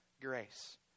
grace